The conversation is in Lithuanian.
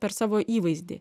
per savo įvaizdį